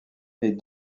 est